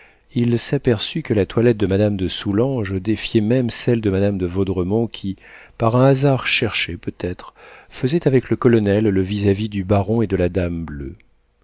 il s'aperçut que la toilette de madame de soulanges défiait même celle de madame de vaudremont qui par un hasard cherché peut-être faisait avec le colonel le vis-à-vis du baron et de la dame bleue